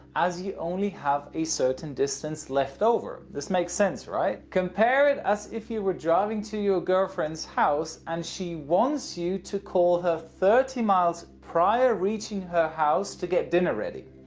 as you only have a certain distance left over. this makes sense, right? compare it as if you were driving to your girlfriend's house and she wants you to call her thirty miles prior reaching the house to get dinner ready.